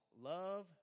love